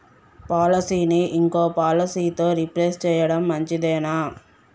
పాలసీని ఇంకో పాలసీతో రీప్లేస్ చేయడం మంచిదేనా?